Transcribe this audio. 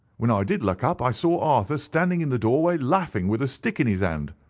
when i did look up i saw arthur standing in the doorway laughing, with a stick in his hand.